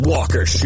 Walker